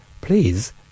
please